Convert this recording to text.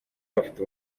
bafite